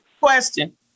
question